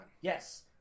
Yes